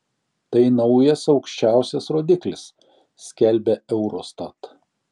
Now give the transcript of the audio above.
tai naujas aukščiausias rodiklis skelbia eurostat